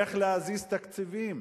איך להזיז תקציבים?